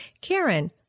Karen